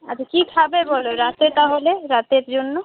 আচ্ছা কী খাবে বল রাতে তা হলে রাতের জন্য